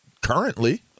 currently